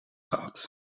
gehad